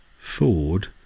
Ford